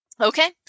Okay